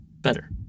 better